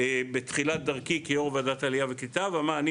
בתחילת דרכי כיו"ר ועדת עלייה וקליטה ואמר: אני